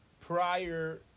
prior